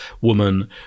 woman